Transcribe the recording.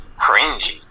cringy